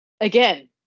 Again